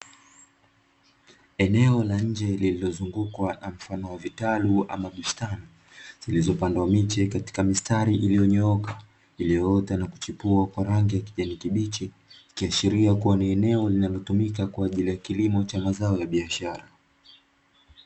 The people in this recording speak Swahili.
Eneo la nje lililozungukwa na mfano wa vitalu ama bustani, zilizopandwa miche katika mistari iliyonyooka; iliyoota na kuchipua kwa rangi ya kijani kibichi, ikiashiria kuwa ni eneo linalotumika kwa ajili ya kilimo cha mazao ya biashara.